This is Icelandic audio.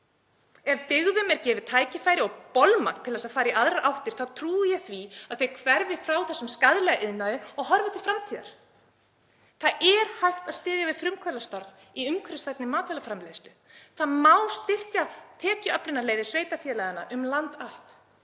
Ef byggðum er gefið tækifæri og bolmagn til að fara í aðrar áttir þá trúi ég því að þær hverfi frá þessum skaðlega iðnaði og horfi til framtíðar. Það er hægt að styðja við frumkvöðlastarf í umhverfisvænni matvælaframleiðslu. Það má styrkja tekjuöflunarleiðir sveitarfélaganna um land allt.